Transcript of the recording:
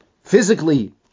physically